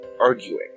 arguing